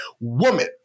woman